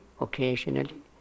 occasionally